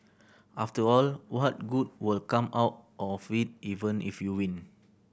after all what good will come out of it even if you win